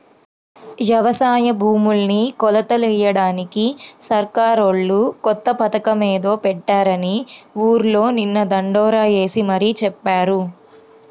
యవసాయ భూముల్ని కొలతలెయ్యడానికి సర్కారోళ్ళు కొత్త పథకమేదో పెట్టారని ఊర్లో నిన్న దండోరా యేసి మరీ చెప్పారు